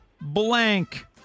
blank